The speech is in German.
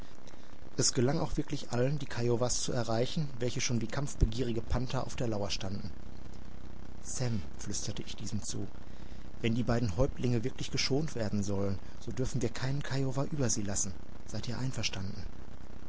es gelang auch wirklich allen die kiowas zu erreichen welche schon wie kampfbegierige panther auf der lauer standen sam flüsterte ich diesem zu wenn die beiden häuptlinge wirklich geschont werden sollen so dürfen wir keinen kiowa über sie lassen seid ihr einverstanden